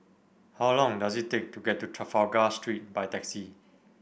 how long does it take to get to Trafalgar Street by taxi